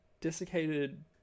desiccated